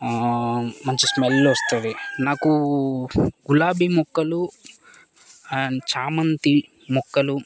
మంచి స్మెల్ వస్తుంది నాకు గులాబీ మొక్కలు అండ్ చామంతి మొక్కలు